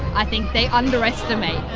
i think they underestimate.